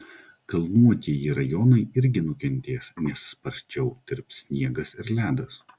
kalnuotieji rajonai irgi nukentės nes sparčiau tirps sniegas ir ledas